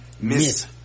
Miss